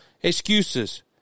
excuses